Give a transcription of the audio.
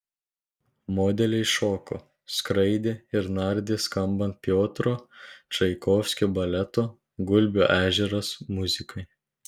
modeliai šoko skraidė ir nardė skambant piotro čaikovskio baleto gulbių ežeras muzikai